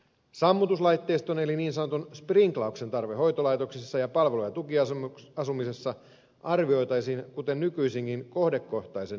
sammutuslaitteiston eli niin sanotun sprinklauksen tarve hoitolaitoksissa ja palvelu ja tukiasumisessa arvioitaisiin kuten nykyisinkin kohdekohtaisen riskiarvion perusteella